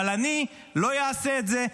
אבל אני לא אעשה את זה,